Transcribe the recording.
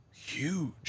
Huge